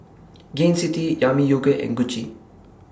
Gain City Yami Yogurt and Gucci